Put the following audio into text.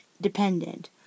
dependent